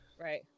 Right